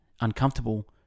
uncomfortable